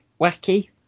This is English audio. wacky